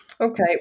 Okay